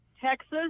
texas